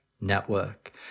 network